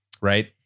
right